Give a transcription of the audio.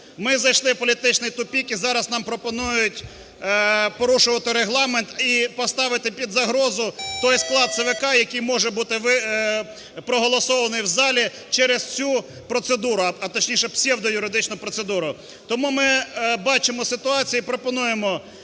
Ми зайшли в політичний тупик, і зараз нам пропонують порушувати Регламент, і поставити під загрозу той склад ЦВК, який може бути проголосований в залі через цю процедуру, а точніше, псевдоюридичну процедуру. Тому ми бачимо ситуацію і пропонуємо